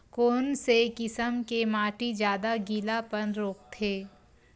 कोन से किसम के माटी ज्यादा गीलापन रोकथे?